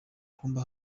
kumba